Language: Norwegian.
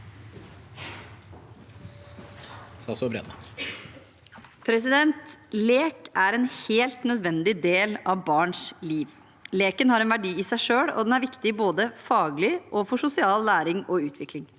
Lek er en helt nødvendig del av barns liv. Leken har en verdi i seg selv, og den er viktig, både faglig og for sosial læring og utvikling.